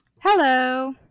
Hello